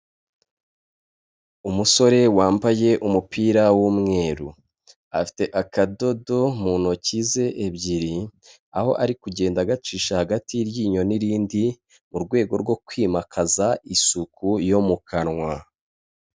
Umusore wambaye umupira w'umweru, afite akadodo mu ntoki ze ebyiri, aho ari kugenda agacisha hagati y'iryinyo n'irindi mu rwego rwo kwimakaza isuku yo mu kanwa.